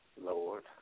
Lord